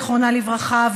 זיכרונה לברכה,